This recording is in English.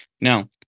Now